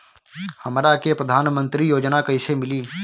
हमरा के प्रधानमंत्री योजना कईसे मिली?